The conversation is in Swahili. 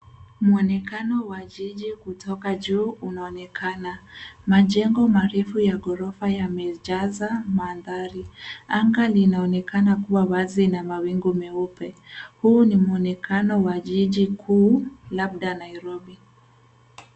Mwonekano wa jiji kutoka juu unaonekana. Majengo marefu ya ghorofa yamejaza mandhari. Anga linaonekana kuwa wazi na mawingu meupe. Huu ni mwonekano wa jiji kuu, labda Nairobi.